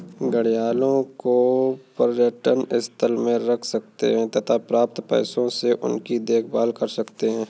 घड़ियालों को पर्यटन स्थल में रख सकते हैं तथा प्राप्त पैसों से उनकी देखभाल कर सकते है